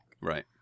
Right